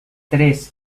tres